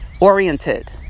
oriented